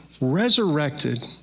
resurrected